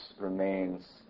remains